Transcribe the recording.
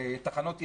תחנות יציאה,